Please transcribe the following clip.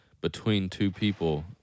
between-two-people